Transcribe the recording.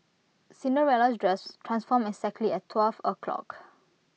Cinderella's dress transformed exactly at twelve o'clock